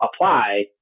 apply